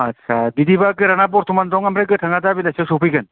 आस्सा बिदिबा गोराना बर्थमान दङ ओमफ्राय गोथांआ दा बेलासियाव सफैगोन